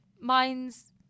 mine's